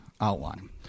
outline